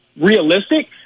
realistic